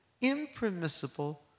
impermissible